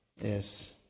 yes